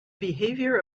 behavior